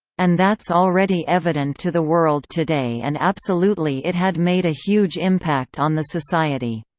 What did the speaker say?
and that's already evident to the world today and absolutely it had made a huge impact on the society.